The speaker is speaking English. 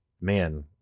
man